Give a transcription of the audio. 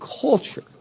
culture